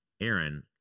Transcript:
Aaron